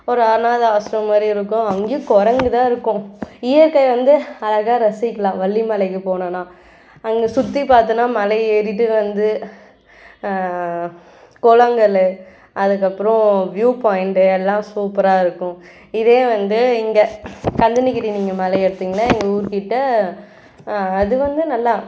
ஒரு அனாத ஆஸ்ரமம் மாரி இருக்கும் அங்கேயும் குரங்கு தான் இருக்கும் இயற்கை வந்து அழகா ரசிக்கலாம் வள்ளி மலைக்கு போனோன்னா அங்கே சுற்றி பார்த்தோன்னா மலை ஏறிவிட்டு வந்து குளங்களு அதற்கப்பறம் வியூ பாயிண்ட்டு எல்லாம் சூப்பராக இருக்கும் இதே வந்து இங்கே கஞ்சனகிரி நீங்கள் மலை எடுத்திங்கன்னா எங்கள் ஊர்க்கிட்ட அது வந்து நல்லா